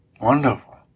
wonderful